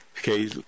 Okay